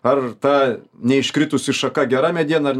ar ta ne iškritusi šaka gera mediena ar